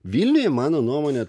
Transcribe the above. vilniuje mano nuomone